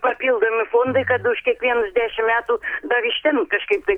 papildomi fondai kad už kiekvienus dešim metų dar iš ten kažkaip tai